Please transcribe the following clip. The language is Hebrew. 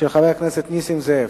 זו הצעה של חבר הכנסת נסים זאב.